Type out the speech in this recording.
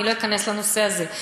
אני לא אכנס לנושא הזה.